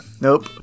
nope